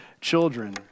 children